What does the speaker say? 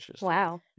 Wow